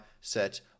set